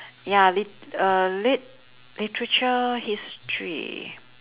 ya lit~ uh lit~ literature history